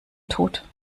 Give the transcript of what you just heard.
tut